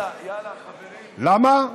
למה?